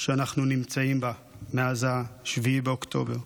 שאנחנו נמצאים בה מאז 7 באוקטובר.